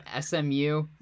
SMU